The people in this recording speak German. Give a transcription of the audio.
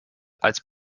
als